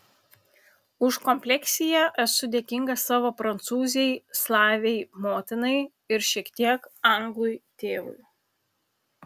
už kompleksiją esu dėkingas savo prancūzei slavei motinai ir šiek tiek anglui tėvui